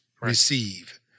receive